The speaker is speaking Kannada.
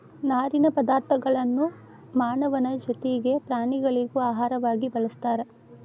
ನಾರಿನ ಪದಾರ್ಥಗಳನ್ನು ಮಾನವನ ಜೊತಿಗೆ ಪ್ರಾಣಿಗಳಿಗೂ ಆಹಾರವಾಗಿ ಬಳಸ್ತಾರ